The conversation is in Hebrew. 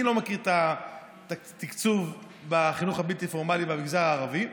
אני לא מכיר את התקצוב בחינוך הבלתי-פורמלי במגזר הערבי.